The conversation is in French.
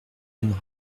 aimera